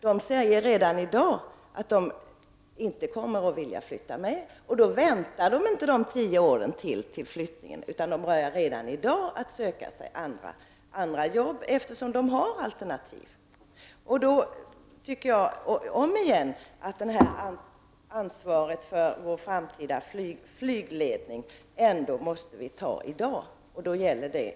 De säger redan i dag att de inte kommer att vilja flytta med. De väntar inte de åren på flyttningen, utan de börjar redan i dag att söka sig andra arbeten, eftersom de kan finna alternativ. Återigen anser jag att ansvaret för den framtida flygledningen måste börja tas i dag.